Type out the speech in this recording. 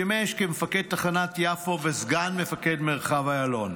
שימש כמפקד תחנת יפו וסגן מפקד מרחב איילון.